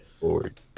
forward